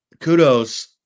kudos